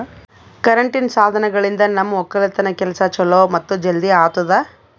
ಕರೆಂಟಿನ್ ಸಾಧನಗಳಿಂದ್ ನಮ್ ಒಕ್ಕಲತನ್ ಕೆಲಸಾ ಛಲೋ ಮತ್ತ ಜಲ್ದಿ ಆತುದಾ